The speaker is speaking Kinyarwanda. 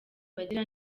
bagira